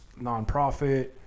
nonprofit